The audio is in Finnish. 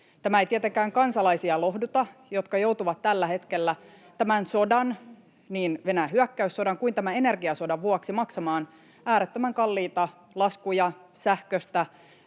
Tämä ei tietenkään lohduta kansalaisia, jotka joutuvat tällä hetkellä tämän sodan, niin Venäjän hyökkäyssodan kuin tämän energiasodan, vuoksi maksamaan äärettömän kalliita laskuja sähköstä,